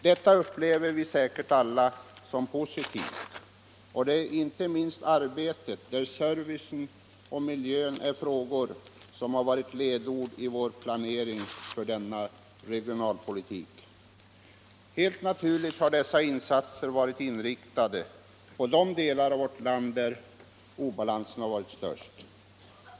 Detta upplever vi säkert alla som positivt. Det är inte minst det arbete där service och miljö är viktiga frågor, som har varit ledstjärnan i vår planering för denna regionalpolitik. Helt naturligt har dessa insatser varit inriktade på de delar av vårt land där obalansen har varit störst.